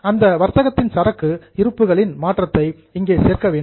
அந்த வர்த்தகத்தின் சரக்கு இருப்புகளின் மாற்றத்தை இங்கே சேர்க்க வேண்டும்